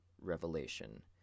revelation